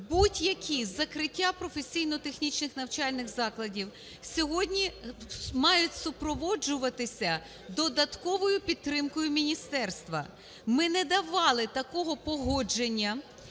Будь-які закриття професійно-технічних навчальних закладів сьогодні мають супроводжуватися додатковою підтримкою міністерства. Ми не давали такого погодження